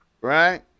right